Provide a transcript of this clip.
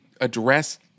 address